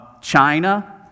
China